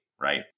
right